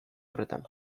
horretan